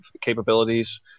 capabilities